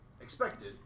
expected